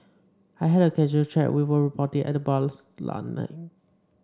I had a casual chat with a reporter at the bar last night